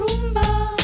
rumba